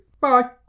Bye